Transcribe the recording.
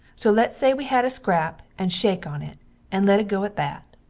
so lets say we had a scrap and shake on it and let it go at that.